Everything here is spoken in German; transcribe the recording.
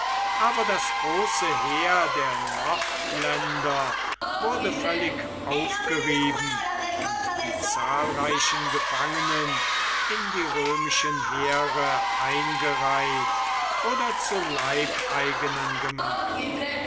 aber das große heer der nordländer wurde völlig aufgerieben und die zahlreichen gefangenen in die römischen heere eingereiht oder zu leibeigenen gemacht